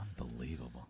Unbelievable